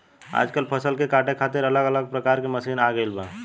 आजकल फसल के काटे खातिर अलग अलग प्रकार के मशीन आ गईल बा